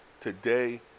today